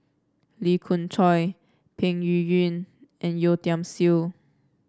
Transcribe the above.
Lee Khoon Choy Peng Yuyun and Yeo Tiam Siew